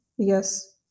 Yes